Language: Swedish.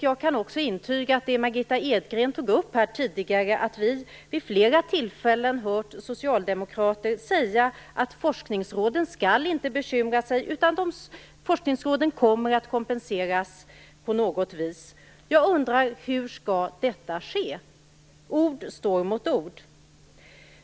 Jag kan också intyga det som Margitta Edgren här tidigare tog upp, att vi vid flera tillfällen har hört socialdemokrater säga att forskningsråden inte skall bekymra sig, därför att de kommer att kompenseras på något sätt. Jag undrar: Hur skall detta ske? Ord står mot ord.